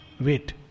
wait